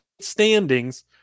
standings